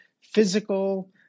physical